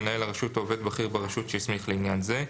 מנהל הרשות או עובד בכיר ברשות שהסמיך לעניין זה,